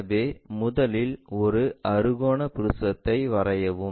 எனவே முதலில் ஒரு அறுகோண ப்ரிஸத்தை வரையவும்